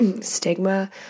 stigma